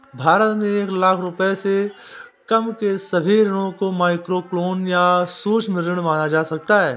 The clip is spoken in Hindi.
भारत में एक लाख रुपए से कम के सभी ऋणों को माइक्रोलोन या सूक्ष्म ऋण माना जा सकता है